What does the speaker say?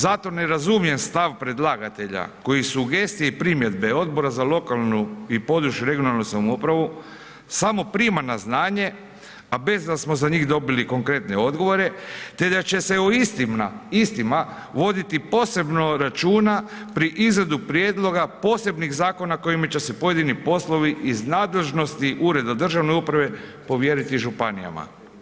Zato ne razumijem stav predlagatelja koji sugestije i primjedbe Odbora za lokalnu i područnu (regionalnu) samoupravu samo prima na znanje, a bez da smo za njih dobili konkretne odgovore te da će se o istima voditi posebno računa pri izradi prijedloga posebnih zakona kojima će se pojedini poslovi iz nadležnosti ureda državne uprave povjeriti županijama.